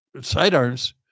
sidearms